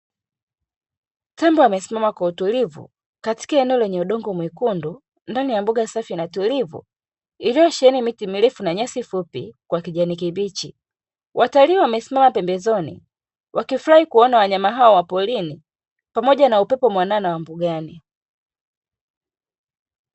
Tembo wamesimama kwa utulivu katika eneo lenye udongo mwekundu ndani ya mbuga safi na tulivu iliyosheheni miti mirefu na nyasi fupi kwa kijani kibichi, watalii wamesimama pembezoni wakifurahi kuona wanyama hao wa porini pamoja na upepo mwanana wa mbugani.